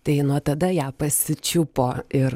tai nuo tada ją pasičiupo ir